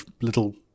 little